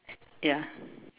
ya